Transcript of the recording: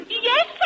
Yes